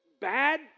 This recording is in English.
bad